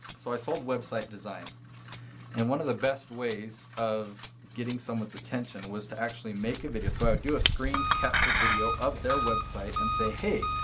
so, i sold website design and one of the best ways of getting someone's attention was to actually make a video, so i do a screen capture video of their website and say, hey.